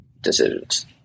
decisions